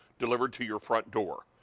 delivered to your front door.